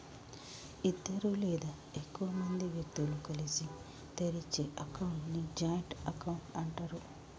ఇద్దరు లేదా ఎక్కువ మంది వ్యక్తులు కలిసి తెరిచే అకౌంట్ ని జాయింట్ అకౌంట్ అంటరు